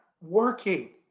working